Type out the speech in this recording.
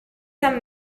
some